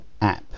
app